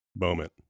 moment